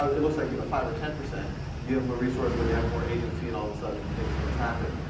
ah it looks like you know five or ten percent you give em a resource where they have more agency and all of a sudden things things happen.